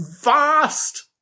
vast